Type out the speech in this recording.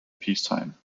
peacetime